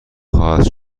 خواهد